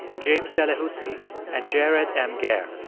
james delahoussaye and jared m. gair.